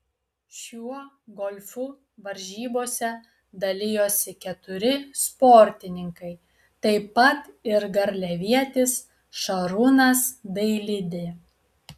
šiuo golfu varžybose dalijosi keturi sportininkai taip pat ir garliavietis šarūnas dailidė